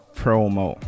promo